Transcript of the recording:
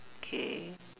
okay